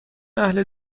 اهل